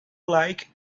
like